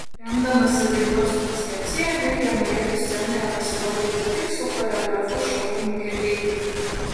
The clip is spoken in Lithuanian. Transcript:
remdamasi dainos koncepcija vilija norėtų scenoje pasirodyti tik su choreografu šarūnu kirdeikiu